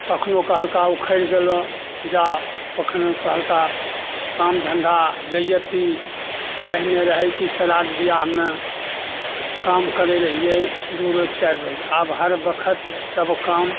कखनो कहलका उखड़ि गेलो जा कखनो कहलका काम धन्धा रैअती पहिने रहै कि श्राद्ध बिआहमे काम करै रहियै दू रोज चारि रोज आब हर बखत सब काम